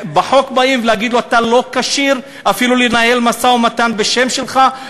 בחוק באים להגיד לו: אתה לא כשיר אפילו לנהל משא-ומתן בשמך,